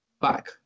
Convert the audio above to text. back